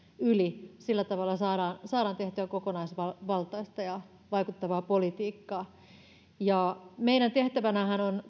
yli sillä tavalla saadaan saadaan tehtyä kokonaisvaltaista ja vaikuttavaa politiikkaa meidän tehtävänähän tarkastusvaliokunnassa on